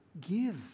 give